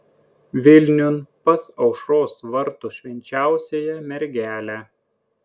vilniun pas aušros vartų švenčiausiąją mergelę